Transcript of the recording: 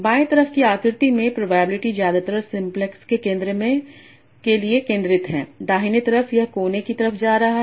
बाएं तरफ की आकृति में प्रोबेबिलिटी ज्यादातर सिंप्लेक्स के केंद्र में के लिए केंद्रित है दाहिने तरफ यह कोने की तरफ जा रहे हैं